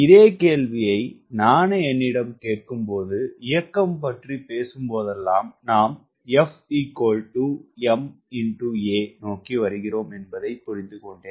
இதே கேள்வியை நானே என்னிடம் கேட்கும்போது இயக்கம் பற்றி பேசும்போதெல்லாம் நாம் F ma ஐ நோக்கி வருகிறோம் என்பதை புரிந்துகொண்டேன்